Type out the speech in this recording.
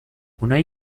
اونایی